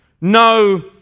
no